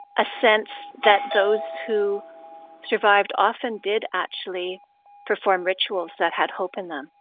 a sense that those who survived often did actually perform rituals that had hope in them,